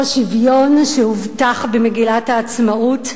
אותו שוויון שהובטח במגילת העצמאות,